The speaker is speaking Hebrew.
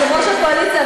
יושב-ראש הקואליציה,